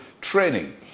training